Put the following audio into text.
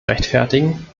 rechtfertigen